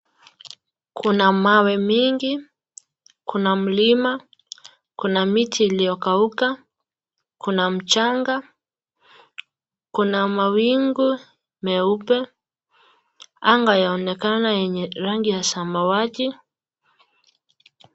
Kuna mawe mingi, kuna mlima, kuna miti iliyokauka, kuna mchanga, kuna mawingu meupe, anga yaonekana yenye rangi ya samawati.